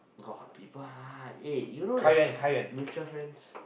got people lah eh you know there's a mutual friends